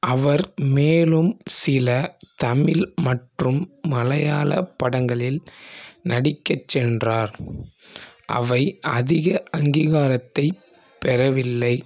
அவர் மேலும் சில தமிழ் மற்றும் மலையாள படங்களில் நடிக்கச் சென்றார் அவை அதிக அங்கீகாரத்தைப் பெறவில்லை